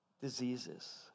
diseases